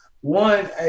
one